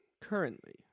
Currently